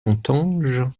entends